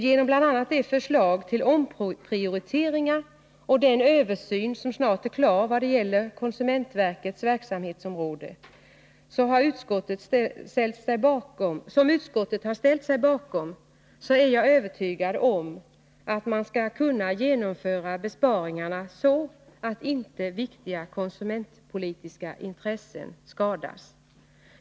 Genom bl.a. de förslag till omprioriteringar som utskottet ställt sig bakom och den översyn vad gäller konsumentverkets verksamhetsområde som snart är klar är jag övertygad om att man skall kunna genomföra besparingarna så, att inte viktiga konsumentpolitiska intressen skadas.